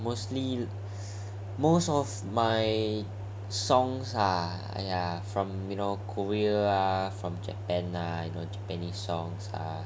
mostly most of my songs ah !aiya! from korea are from japan err you know japanese songs ah